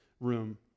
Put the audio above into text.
room